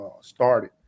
started